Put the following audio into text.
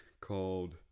called